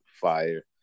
fire